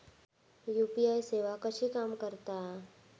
UPI सेवा कशी काम करता?